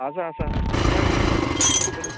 आसा आसा सांग न्हय कितें खबर